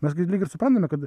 mes lyg ir suprantame kad